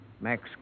max